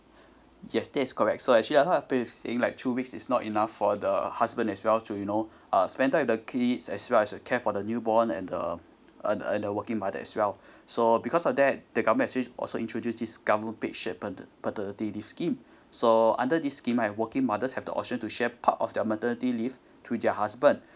yes that is correct so actually a lot of people saying like two weeks is not enough for the husband as well to you know uh spend time with the kids as well as to care for the new born and uh and and uh the working mother as well so because of that the government actually also introduce this government paid shared pater~ paternity leave scheme so under this scheme like working mothers have the option to share part of the maternity leave to their husband